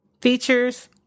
features